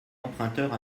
emprunteurs